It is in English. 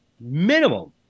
minimum